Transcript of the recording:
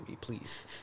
please